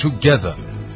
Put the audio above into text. together